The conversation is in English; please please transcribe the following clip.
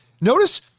notice